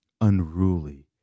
unruly